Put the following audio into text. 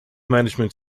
management